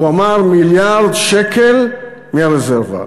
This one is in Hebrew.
הוא אמר: מיליארד שקלים מהרזרבה.